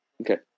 Okay